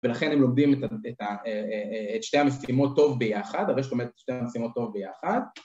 ולכן הם לומדים את שתי המשימות טוב ביחד, הרי שאתה אומר שתי המשימות טוב ביחד